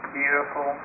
beautiful